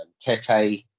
Tete